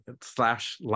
slash